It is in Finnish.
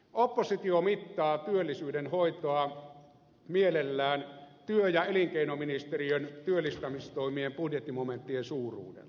oppositio mittaa työllisyyden hoitoa mielellään työ ja elinkeinoministeriön työllistämistoimien budjettimomenttien suuruudella